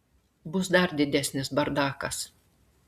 bus dar didesnis bardakas